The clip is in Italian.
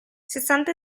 sessanta